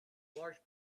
large